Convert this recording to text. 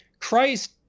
Christ